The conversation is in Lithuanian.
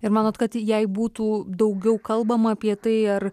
ir manot kad jei būtų daugiau kalbama apie tai ar